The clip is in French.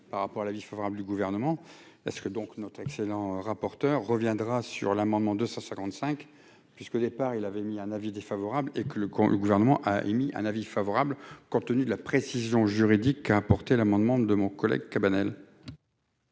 par rapport à l'avis favorable du gouvernement parce que donc notre excellent rapporteur reviendra sur l'amendement 255 puisqu'au départ il avait mis un avis défavorable et que le con, le gouvernement a émis un avis favorable compte tenu de la précision juridique a porté l'amendement de mon collègue Cabanel.